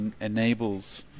enables